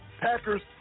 Packers